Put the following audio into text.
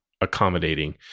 accommodating